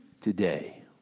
today